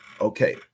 Okay